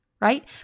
right